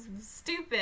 stupid